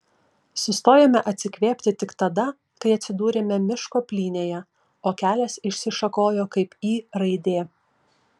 sustojome atsikvėpti tik tada kai atsidūrėme miško plynėje o kelias išsišakojo kaip y raidė